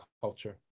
culture